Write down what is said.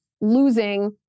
losing